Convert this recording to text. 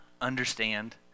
understand